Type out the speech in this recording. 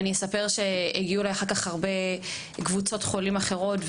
אני גם אספר שהגיעו אליי אחר כך הרבה קבוצות אחרות של חולים